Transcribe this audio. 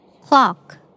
Clock